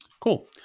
Cool